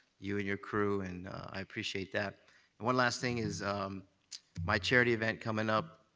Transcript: you and your crew. and i appreciate that and one last thing is my charity event coming up,